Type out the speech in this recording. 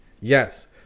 Yes